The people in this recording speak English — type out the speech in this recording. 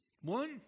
One